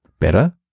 Better